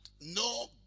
no